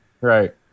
Right